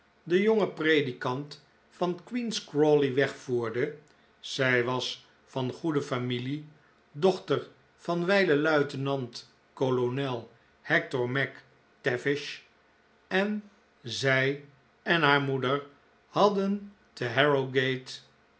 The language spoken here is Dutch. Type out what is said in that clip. den jongen predikant van queen's crawley wegvoerde zij was van goede familie dochter van wijlen luitenant-kolonel hector mac tavish en zij en haar moeder hadden te